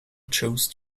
chose